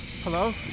Hello